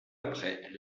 après